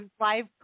live